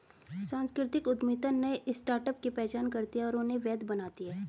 सांस्कृतिक उद्यमिता नए स्टार्टअप की पहचान करती है और उन्हें वैध बनाती है